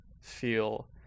feel